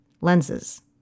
lenses